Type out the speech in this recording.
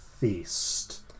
feast